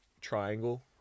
triangle